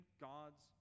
God's